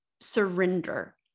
surrender